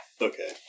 Okay